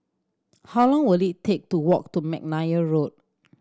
how long will it take to walk to McNair Road